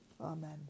Amen